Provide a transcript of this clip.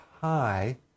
high